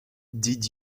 did